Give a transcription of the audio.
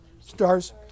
stars